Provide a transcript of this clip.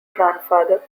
grandfather